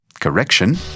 Correction